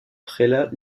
prélat